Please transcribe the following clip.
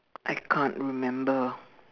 I can't remember